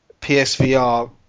PSVR